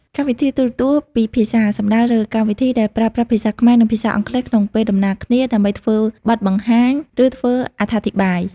កម្មវិធីទូរទស្សន៍ពីរភាសា សំដៅលើកម្មវិធីដែលប្រើប្រាស់ភាសាខ្មែរនិងភាសាអង់គ្លេសក្នុងពេលដំណាលគ្នាដើម្បីធ្វើបទបង្ហាញ ឬធ្វើអត្ថាធិប្បាយ។